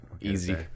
Easy